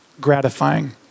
gratifying